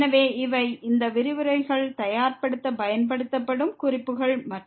எனவே இவை இந்த விரிவுரைகள் தயார்படுத்த பயன்படுத்தப்பட்ட குறிப்புகள் மற்றும்